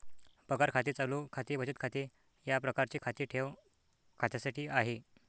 पगार खाते चालू खाते बचत खाते या प्रकारचे खाते ठेव खात्यासाठी आहे